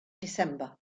december